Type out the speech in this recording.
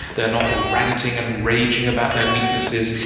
they're not ranting and raging about their weaknesses.